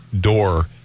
door